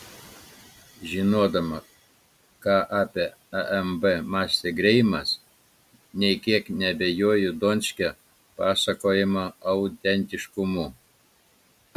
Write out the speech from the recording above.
žinodama ką apie amb mąstė greimas nė kiek neabejoju donskio pasakojimo autentiškumu